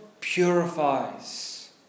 purifies